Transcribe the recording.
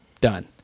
done